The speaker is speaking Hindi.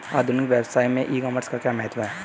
आधुनिक व्यवसाय में ई कॉमर्स का क्या महत्व है?